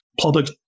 public